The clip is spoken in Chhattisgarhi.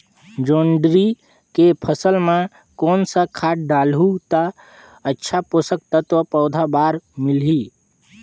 जोंदरी के फसल मां कोन सा खाद डालहु ता अच्छा पोषक तत्व पौध बार मिलही?